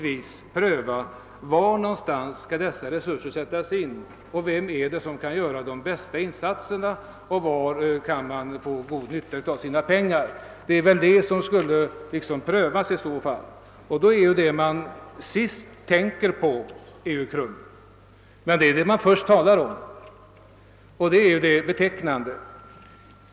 Om vi skulle gå denna väg, borde vi rimligtvis pröva vem som kan göra de bästa insatserna och var man kan få den bästa utdelningen av de resurser som sätts in. Men den organisation som man sist kommer att tänka på i det sammanhanget är KRUM. Det är emellertid betecknande att det är KRUM som det talas mest om.